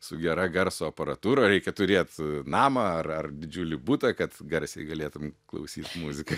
su gera garso aparatūra reikia turėt namą ar ar didžiulį butą kad garsiai galėtum klausyt muziką